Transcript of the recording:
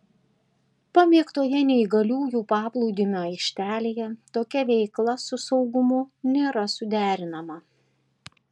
pamėgtoje neįgaliųjų paplūdimio aikštelėje tokia veikla su saugumu nėra suderinama